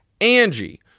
Angie